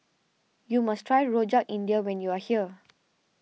you must try Rojak India when you are here